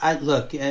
Look